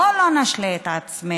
בואו לא נשלה את עצמנו.